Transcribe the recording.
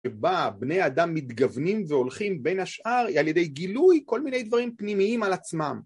שבה בני האדם מתגוונים והולכים בין השאר על ידי גילוי כל מיני דברים פנימיים על עצמם.